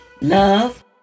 love